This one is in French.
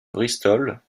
bristol